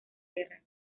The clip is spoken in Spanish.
guerra